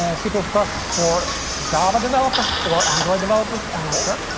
ah c but but for java developers or android developers, i'm not sure.